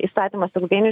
įstatymas ilgainiui